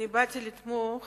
באתי לתמוך